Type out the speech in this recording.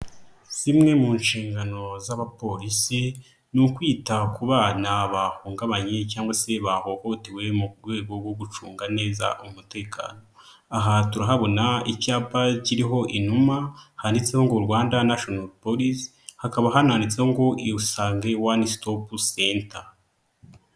Zmwe mu nshingano z'abapolisi ni ukwita ku bana bahungabanye cyangwa se bahohotewe mu rwego rwo gucunga neza umutekano, aha turahabona icyapa kiriho inuma handitseho ngo Rwanda nashono polise, hakaba hananditswe ngo isange wani sitopu senta.